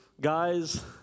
guys